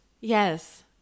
Yes